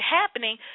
happening